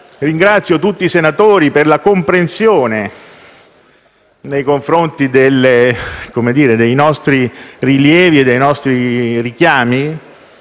Ringrazio tutti i senatori per la comprensione nei confronti dei nostri rilievi e dei nostri richiami,